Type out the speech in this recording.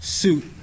suit